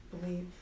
believe